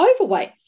overweight